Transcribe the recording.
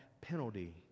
penalty